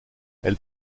elle